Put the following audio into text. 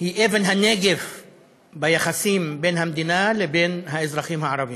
היא אבן הנגף ביחסים בין המדינה לבין האזרחים הערבים,